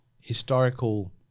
historical